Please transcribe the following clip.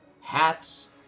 Hats